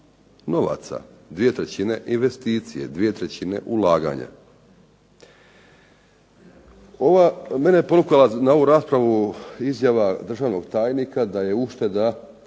dvije trećine investicije, dvije trećine ulaganja. Mene je ponukala na ovu raspravu izjava državnog tajnika da je ušteda